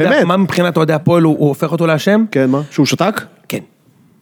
באמת. אתה יודע מה מבחינת אוהדי הפועל הוא הופך אותו לאשם? כן, מה? שהוא שתק? כן.